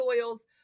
oils